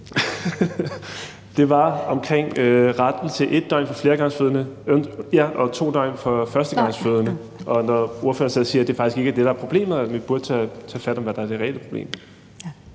Det var omkring det med retten til 1 døgn for fleregangsfødende og 2 døgn for førstegangsfødende. Og ordføreren siger så, at det faktisk ikke er det, der er problemet, og at vi burde tage fat om det, der er det reelle problem.